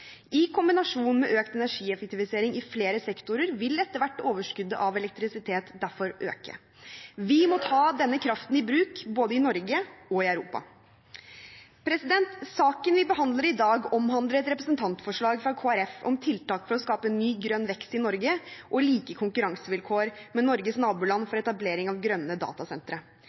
I kombinasjon med økt energieffektivisering i flere sektorer vil etter hvert overskuddet av elektrisitet derfor øke. Vi må ta denne kraften i bruk, både i Norge og i Europa. Saken vi behandler i dag, omhandler et representantforslag fra Kristelig Folkeparti om tiltak for å skape ny grønn vekst i Norge og like konkurransevilkår med Norges naboland for